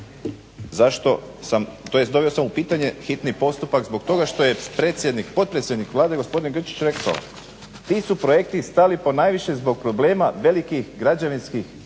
zašto sam tj. doveo sam u pitanje hitni postupak zbog toga što je potpredsjednik Vlade gospodin Grčić rekao ti su projekti stali ponajviše zbog problema velikih građevinskih